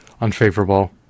unfavorable